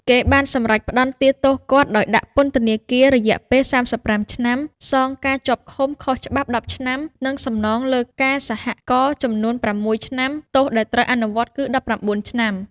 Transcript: គេបានសម្រេចផ្តន្ទាទោសគាត់ ដោយដាក់ពន្ថនាគាររយៈពេល៣៥ឆ្នាំ សងការជាប់ឃុំខុសច្បាប់១០ឆ្នាំ និងសំណងលើការសហការចំនួន៦ឆ្នាំ ទោសដែលត្រូវអនុវត្តគឺ១៩ឆ្នាំ។